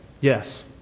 Yes